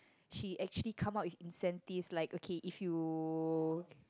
she actually come up with incentives like okay if you